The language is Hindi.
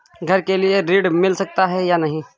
घर के लिए ऋण मिल सकता है या नहीं?